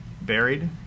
buried